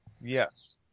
Yes